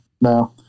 No